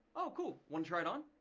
oh cool, wanna try it on?